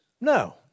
no